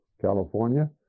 California